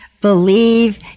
Believe